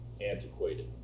antiquated